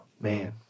man